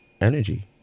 energy